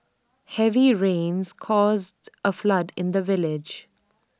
heavy rains caused A flood in the village